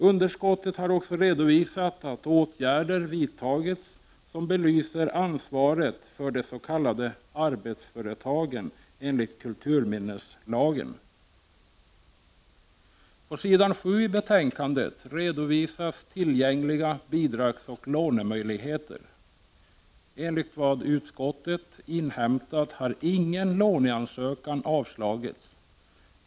Utskottet har också redovisat att åtgärder har vidtagits som belyser ansvaret för de s.k. arbetsföretagen enligt kulturminneslagen. På s. 7 i betänkandet redovisas tillgängliga bidragsoch lånemöjligheter. Enligt vad utskottet inhämtat har ingen låneansökan avslagits.